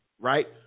right